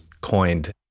coined